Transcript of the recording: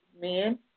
men